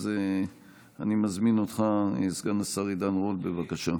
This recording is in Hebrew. אני מזמין אותך, סגן השר עידן רול, בבקשה,